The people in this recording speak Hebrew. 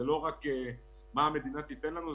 זה לא רק מה המדינה תיתן לנו,